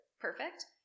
Perfect